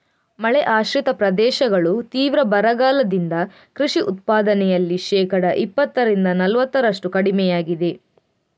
ಮಳೆ ಆಶ್ರಿತ ಪ್ರದೇಶಗಳು ತೀವ್ರ ಬರಗಾಲದಿಂದ ಕೃಷಿ ಉತ್ಪಾದನೆಯಲ್ಲಿ ಶೇಕಡಾ ಇಪ್ಪತ್ತರಿಂದ ನಲವತ್ತರಷ್ಟು ಕಡಿಮೆಯಾಗಿದೆ